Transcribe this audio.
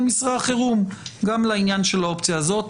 מסרי החירום גם לעניין של האופציה הזאת.